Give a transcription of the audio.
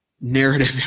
narrative